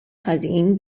ħażin